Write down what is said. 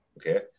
okay